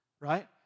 right